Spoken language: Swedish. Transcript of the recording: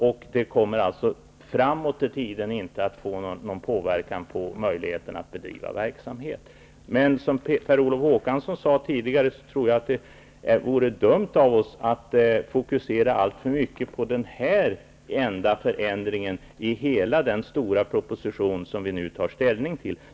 Framåt i tiden kommer det inte att få någon påverkan på möjligheterna att bedriva verksamhet. Som Per Olof Håkansson sade tidigare vore det dumt av oss att fokusera alltför mycket på den här enda förändringen i hela den stora proposition som vi nu tar ställning till.